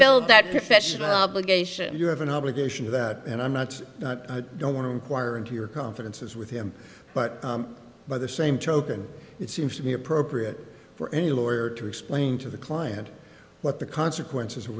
tell that professional obligation you have an obligation to that and i'm not not don't want to inquire into your confidence is with him but by the same token it seems to be appropriate for any lawyer to explain to the client what the consequences